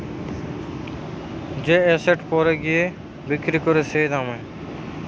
যে এসেট পরে গিয়ে বিক্রি করে যে দামে